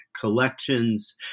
collections